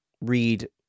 read